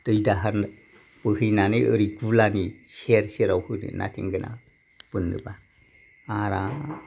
दै दाहार बोहैनानै ओरै गुलानि सेर सेर आव होदो ना थेंगोना बोननोबा आराम